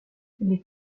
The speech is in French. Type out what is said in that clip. les